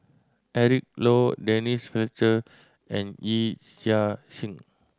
Eric Low Denise Fletcher and Yee Chia Hsing